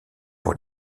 pour